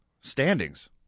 standings